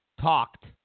talked